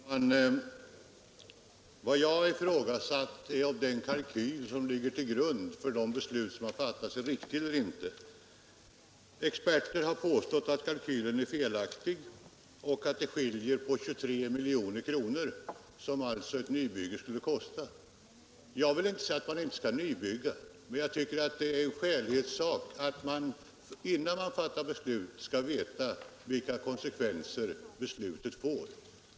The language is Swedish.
Herr talman! Vad jag ifrågasatte var om den kalkyl som ligger till grund för beslut som har fattats är riktig eller inte. Experter har påstått att kalkylen är felaktig och att det skiljer på 23 milj.kr., som alltså ett nybygge skulle kosta. Jag vill inte säga att man inte skall nybygga, men jag tycker att det är skäligt att man innan man fattar beslut skall veta vilka konsekvenser beslutet får.